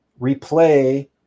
replay